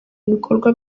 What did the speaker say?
ibikorwa